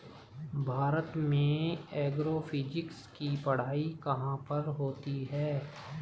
भारत में एग्रोफिजिक्स की पढ़ाई कहाँ पर होती है?